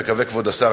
כבוד השר,